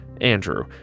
Andrew